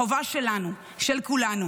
החובה שלנו, של כולנו